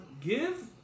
Give